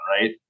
right